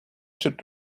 should